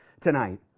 tonight